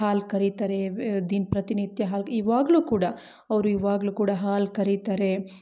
ಹಾಲು ಕರಿತಾರೆ ವೇ ದಿನ ಪ್ರತಿನಿತ್ಯ ಹಾಲು ಇವಾಗ್ಲೂ ಕೂಡ ಅವ್ರು ಇವಾಗಲೂ ಕೂಡ ಹಾಲು ಕರಿತಾರೆ